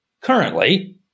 currently